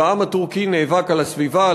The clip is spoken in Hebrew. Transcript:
והעם הטורקי נאבק על הסביבה,